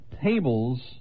Tables